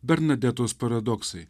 bernadetos paradoksai